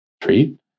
treat